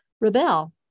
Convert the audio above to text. rebel